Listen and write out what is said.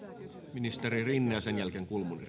ministeri rinne ja sen jälkeen kulmuni